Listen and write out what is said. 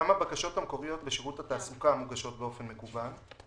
גם הבקשות המקוריות בשירות התעסוקה מוגשות באופן מקוון.